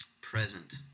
present